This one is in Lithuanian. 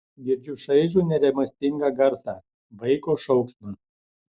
girdžiu šaižų nerimastingą garsą vaiko šauksmą